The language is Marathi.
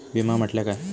विमा म्हटल्या काय?